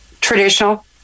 traditional